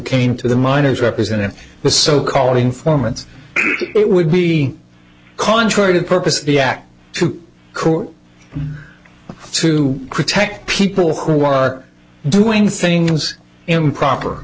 came to the minors representing the so called informants it would be contrary to the purpose of the act to court to protect people who are doing things improper